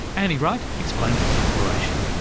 annie wright explains its inspiration.